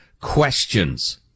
questions